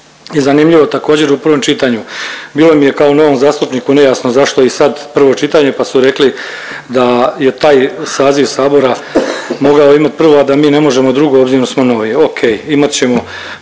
i zanimljivo također u prvom čitanju. Bilo mi je kao novom zastupniku nejasno zašto i sad prvo čitanje pa su rekli da je taj saziv Sabora mogao imat prvo, a da mi ne možemo drugo obzirom da smo novi. Ok, imat ćemo